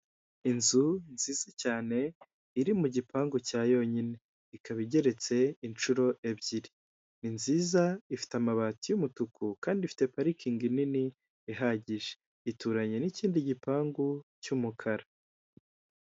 Ni kwa muganga imbuga yaho isashishije amapave hari ubusitani kandi burimo ibiti birebire n'indabyo ngufi ya hari parikingi iparitsemo imodoka imwe y'umukara n'imodoka ebyiri zishinzwe gutwara abarwayi.